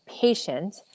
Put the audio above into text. patient